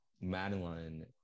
Madeline